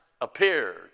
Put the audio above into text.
appeared